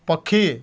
ପକ୍ଷୀ